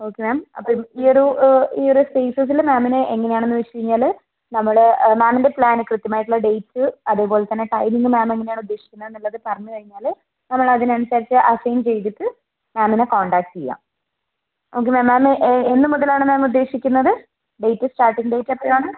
okay ma'am അപ്പം ഈ ഒരു ഈ ഒരു സ്പേസസിൽ മാമിന് എങ്ങനെയാണെന്ന് വെച്ചുകഴിഞ്ഞാൽ നമ്മൾ മാമിൻ്റെ പ്ലാൻ ഒക്കെ കൃത്യമായിട്ടുള്ള ഡേറ്റ്സ് അതേപോലെത്തന്നെ ടൈമിങ് മാം എങ്ങനെയാണ് ഉദ്ദേശിക്കുന്നത് എന്നുള്ളത് പറഞ്ഞുകഴിഞ്ഞാൽ നമ്മൾ അതിനനുസരിച്ച് അസൈൻ ചെയ്തിട്ട് മാമിനെ കോൺടാക്റ്റ് ചെയ്യാം ഓക്കെ മാം മാം എന്ന് മുതലാണ് മാം ഉദ്ദേശിക്കുന്നത് ഡേറ്റ് സ്റ്റാർട്ടിങ് ഡേറ്റ് എപ്പോഴാണ്